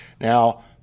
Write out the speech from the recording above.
Now